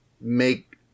make